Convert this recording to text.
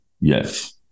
Yes